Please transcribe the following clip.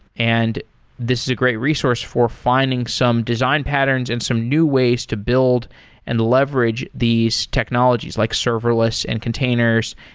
and this is a great resource for finding some design patterns and some new ways to build and leverage these technologies, like serverless, and containers,